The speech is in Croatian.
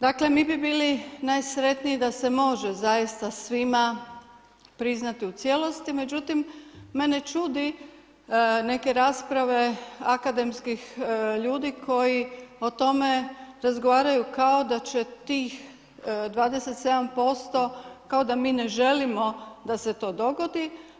Dakle mi bi bili najsretniji da se može zaista svima priznati u cijelosti, međutim, mene čude neke rasprave akademskih ljudi koji o tome razgovaraju kao da će tih 27% kao da mi ne želimo da se to dogodi.